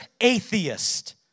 atheist